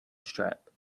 strap